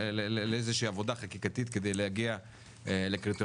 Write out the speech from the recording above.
עבודה חקיקתית כדי להגיע לקריטריונים.